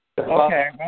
Okay